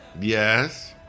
Yes